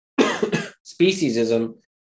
Speciesism